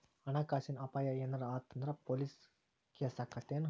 ಹಣ ಕಾಸಿನ್ ಅಪಾಯಾ ಏನರ ಆತ್ ಅಂದ್ರ ಪೊಲೇಸ್ ಕೇಸಾಕ್ಕೇತೆನು?